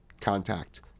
contact